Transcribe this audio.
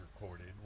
recorded